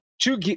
Two